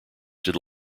did